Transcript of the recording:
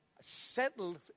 settled